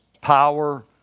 power